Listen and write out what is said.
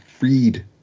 read